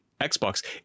xbox